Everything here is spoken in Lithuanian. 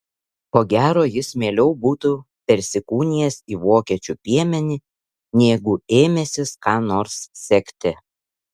ko gero jis mieliau būtų persikūnijęs į vokiečių piemenį negu ėmęsis ką nors sekti